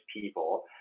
people